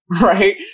Right